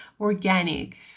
organic